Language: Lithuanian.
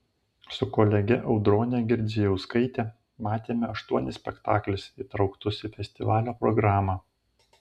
su kolege audrone girdzijauskaite matėme aštuonis spektaklius įtrauktus į festivalio programą